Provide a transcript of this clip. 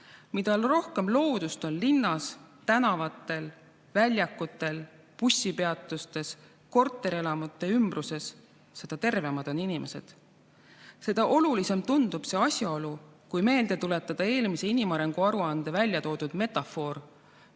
Mida rohkem loodust on linnas tänavatel, väljakutel, bussipeatustes, korterelamute ümbruses, seda tervemad on inimesed. Seda olulisem tundub see asjaolu, kui meelde tuletada eelmise inimarengu aruande välja toodud metafoor: